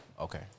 Okay